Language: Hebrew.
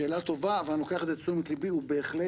שאלה טובה, ואני לוקח את זה לתשומת ליבי, בהחלט